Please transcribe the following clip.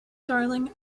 darling